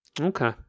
Okay